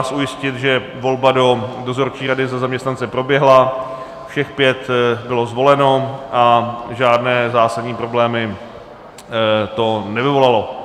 Chci vás ujistit, že volba do dozorčí rady za zaměstnance proběhla, všech pět bylo zvoleno a žádné zásadní problémy to nevyvolalo.